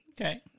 Okay